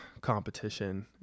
competition